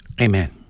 Amen